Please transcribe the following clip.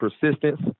persistence